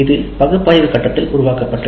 இது பகுப்பாய்வு கட்டத்தில் உருவாக்கப்பட்டது